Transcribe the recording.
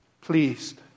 pleased